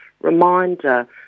reminder